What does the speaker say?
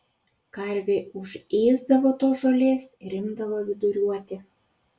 karvė užėsdavo tos žolės ir imdavo viduriuoti